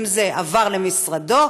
אם זה עבר למשרדו,